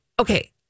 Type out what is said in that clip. Okay